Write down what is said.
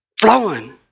flowing